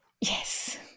Yes